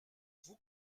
vous